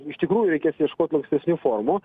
iš tikrųjų reikės ieškot lankstesnių formų